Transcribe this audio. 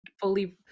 fully